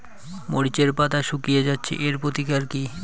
মরিচের পাতা শুকিয়ে যাচ্ছে এর প্রতিকার কি?